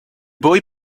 boy